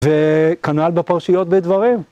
וכנ"ל בפרשיות בדברים.